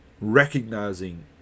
recognizing